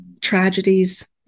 tragedies